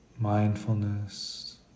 Mindfulness